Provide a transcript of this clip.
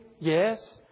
Yes